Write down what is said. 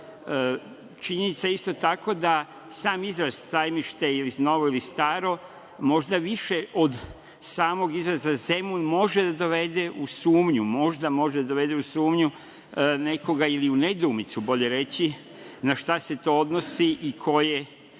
činjenica je isto tako da sam izraz Sajmište, novo ili staro, možda više od samog izraza Zemun može da dovede u sumnju, možda može da dovede u sumnju nekoga ili u nedoumicu, bolje reći, na šta se to odnosi i ko je tu